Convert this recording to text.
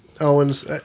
owens